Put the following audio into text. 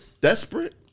desperate